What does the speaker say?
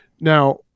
Now